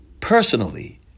personally